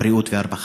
הרווחה והבריאות.